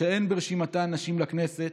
שאין ברשימתן נשים לכנסת,